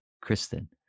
Kristen